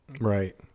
Right